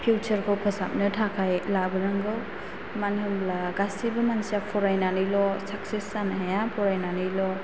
फिउसारखौ फोसाबनो थाखाय लाबोनांगौ मानो होनब्ला गासिबो मानसिया फरायनानैल' साखसेस जानो हाया फरायनानैल'